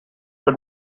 but